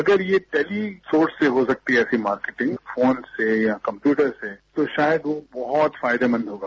अगर ये टेलीसोर्स से हो सकती है मार्केटिंग फोन से या कम्प्यूटर से तो यह बहुत फायदेमंद होगा